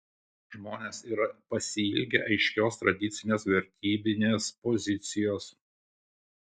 žmonės yra pasiilgę aiškios tradicinės vertybinės pozicijos